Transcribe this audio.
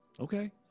Okay